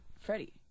Freddie